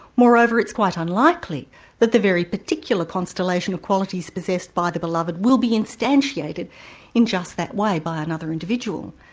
moreover, it's quite unlikely that the very particular constellation of qualities possessed by the beloved will be instantiated in just that way by another individual.